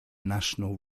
national